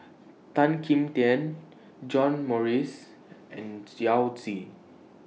Tan Kim Tian John Morrice and Yao Zi